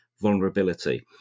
vulnerability